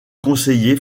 conseiller